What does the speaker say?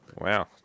Wow